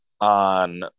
on